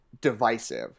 divisive